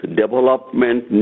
development